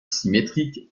symétriques